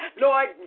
Lord